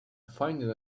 finding